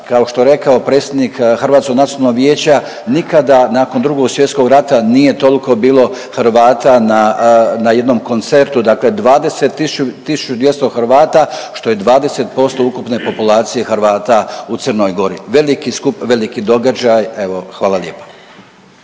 Kao što je rekao predsjednik Hrvatskog nacionalnog vijeća nikada nakon Drugog svjetskog rata nije toliko bilo Hrvata na jednom koncertu, dakle 20, tisuću dvjesto Hrvata što je 20% ukupne populacije Hrvata u Crnoj Gori. Veliki skup, veliki događaj. Evo hvala lijepa.